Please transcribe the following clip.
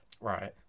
Right